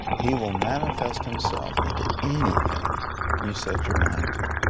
he will manifest himself into anything you set your mind to.